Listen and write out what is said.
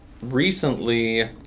Recently